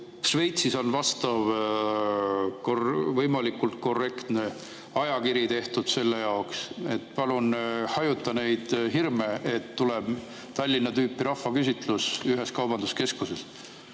Šveitsis on võimalikult korrektne ajakiri tehtud selle jaoks. Palun hajuta neid hirme, et tuleb Tallinna küsitluse tüüpi rahvaküsitlus ühes kaubanduskeskuses.